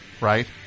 right